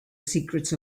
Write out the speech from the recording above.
secrets